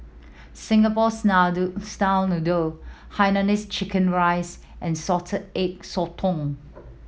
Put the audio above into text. Singapore style noodle hainanese chicken rice and Salted Egg Sotong